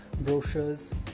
brochures